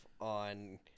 on